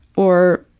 or,